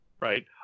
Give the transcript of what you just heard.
Right